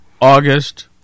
August